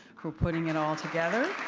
for putting it altogether,